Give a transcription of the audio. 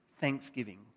thanksgiving